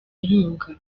inkunga